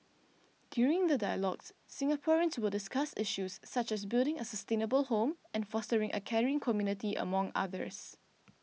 during the dialogues Singaporeans will discuss issues such as building a sustainable home and fostering a caring community among others